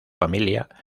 familia